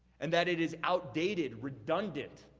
and that it is outdated, redundant,